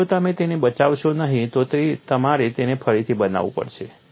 અને જો તમે તેને બચાવશો નહીં તો તમારે તેને ફરીથી બનાવવું પડશે